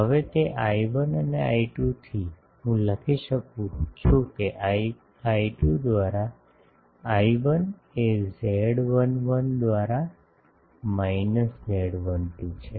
હવે તે I1 અને I2 થી હું લખી શકું છું કે I2 દ્વારા I1 એ Z11 દ્વારા માઈનસ Z12 છે